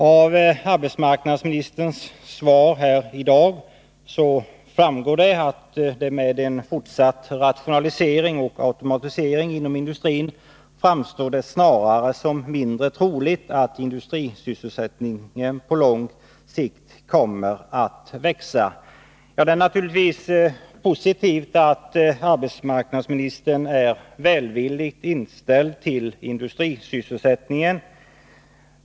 Av arbetsmarknadsministerns svar här i dag framgår att det med fortsatt rationalisering och automatisering inom industrin snarare framstår som mindre troligt att industrisysselsättningen på lång sikt kommer att växa. Det är naturligtvis positivt att arbetsmarknadsministern är välvilligt inställd till industrisysselsättningen.